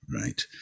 right